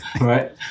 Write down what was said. right